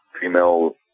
female